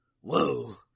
Whoa